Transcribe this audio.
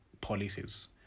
policies